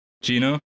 Gino